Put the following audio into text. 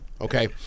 Okay